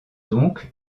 donc